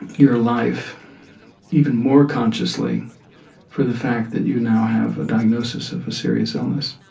your life even more consciously for the fact that you now have a diagnosis of a serious illness.